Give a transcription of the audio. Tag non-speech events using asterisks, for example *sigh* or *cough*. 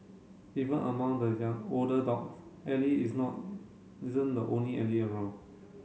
even among the *unintelligible* older dogs Ally is not isn't the only Ally around